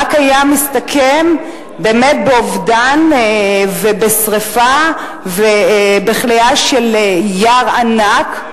היה מסתכם רק באובדן ובשרפה ובכליה של יער ענק,